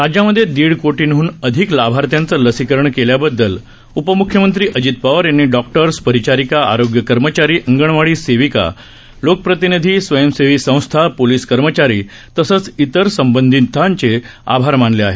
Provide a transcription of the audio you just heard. राज्यामधे दीड कोटीहन अधिक लाभार्थ्यांचं लसीकरण केल्याबददल उपमुख्यमंत्री अजित पवार यांनी डॉक्टर्स परिचारिका आरोग्य कर्मचारी अंगणवाडी सेवक लोकप्रतिनिधी स्वयंसेवी संस्था पोलीस कर्मचारी तसंच इतर संबधितांचे आभार मानले आहेत